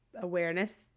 awareness